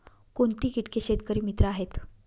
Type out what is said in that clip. कोणती किटके शेतकरी मित्र आहेत?